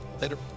later